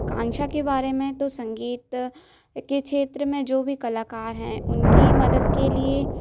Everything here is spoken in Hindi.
आकांक्षा के बारे में तो संगीत के क्षेत्र में जो भी कलाकार है उनकी मदद के लिए